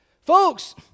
folks